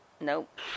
Nope